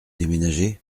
déménager